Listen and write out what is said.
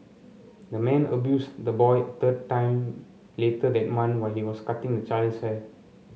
the man abused the boy a third time later that month while he was cutting the child's hair